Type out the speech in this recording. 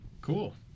Cool